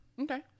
Okay